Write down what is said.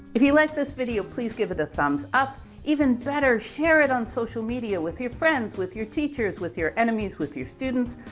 if you liked this video, please give it a thumbs up even better, share it on social media with your friends, with your teachers, with your enemies with your students,